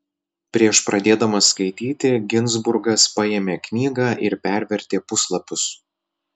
prieš pradėdamas skaityti ginzburgas paėmė knygą ir pervertė puslapius